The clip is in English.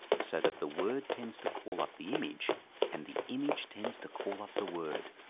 so that the word tends to call up the image and the image tends to call up the word.